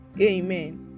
Amen